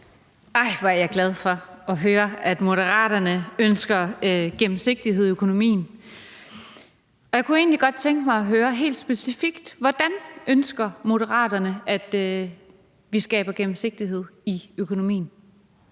Nej, hvor er jeg glad for at høre, at Moderaterne ønsker gennemsigtighed i økonomien. Jeg kunne egentlig godt tænke mig at høre helt specifikt, hvordan Moderaterne ønsker, at vi skaber gennemsigtighed i økonomien.